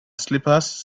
slippers